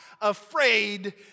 afraid